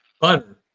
butter